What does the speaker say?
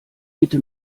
bitte